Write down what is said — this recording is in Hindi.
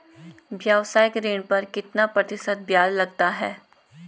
व्यावसायिक ऋण पर कितना प्रतिशत ब्याज लगता है?